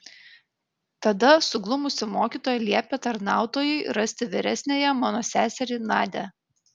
tada suglumusi mokytoja liepė tarnautojui rasti vyresniąją mano seserį nadią